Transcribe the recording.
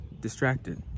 distracted